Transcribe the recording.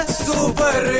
super